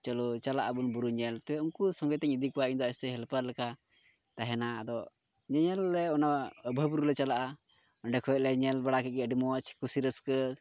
ᱪᱚᱞᱚ ᱪᱟᱞᱟᱜ ᱟᱵᱚᱱ ᱵᱩᱨᱩ ᱧᱮᱞᱛᱮ ᱩᱱᱠᱩ ᱥᱚᱸᱜᱮ ᱛᱤᱧ ᱤᱫᱤ ᱠᱚᱣᱟ ᱤᱧᱫᱚ ᱦᱮᱞᱯᱟᱨ ᱞᱮᱠᱟ ᱛᱟᱦᱮᱱᱟ ᱧᱮᱧᱮᱞ ᱟᱞᱮ ᱚᱱᱟ ᱚᱵᱷᱟ ᱵᱩᱨᱩ ᱞᱮ ᱪᱟᱞᱟᱜᱼᱟ ᱚᱸᱰᱮ ᱠᱷᱚᱡ ᱞᱮ ᱧᱮᱞ ᱵᱟᱲᱟ ᱠᱮᱜ ᱜᱮ ᱟᱹᱰᱤ ᱢᱚᱡᱽ ᱠᱩᱥᱤ ᱨᱟᱹᱥᱠᱟᱹ